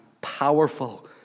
powerful